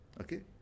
Okay